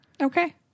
Okay